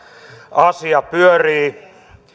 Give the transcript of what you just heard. asia pyörii